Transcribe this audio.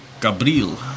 Gabriel